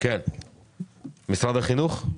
משרד החינוך.